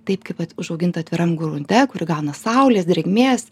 taip kaip at užauginta atviram grunte kuri gauna saulės drėgmės